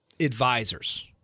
advisors